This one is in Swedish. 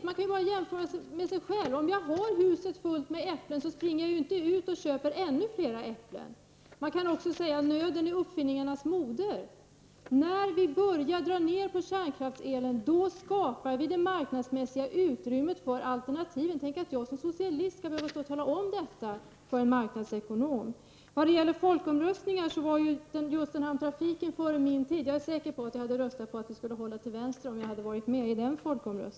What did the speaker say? Man kan bara jämföra med sig själv. Om jag har huset fullt med äpplen springer jag inte ut och köper ännu mer äpplen. Man kan också säga så här: Nöden är uppfinningarnas moder. När vi börjar dra ned på kärnkraften, skapar vi det marknadsmässigautrymmet för alternativen. Tänk att jag som socialist skall behöva tala om detta för en marknadsekonom! Vad gäller folkomröstningar hölls den om trafiken före min tid. Jag är säker på att jag skulle ha röstat på att vi skall hålla oss till vänster, om jag hade varit med.